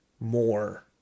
more